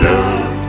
Love